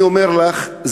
אני אומר לך,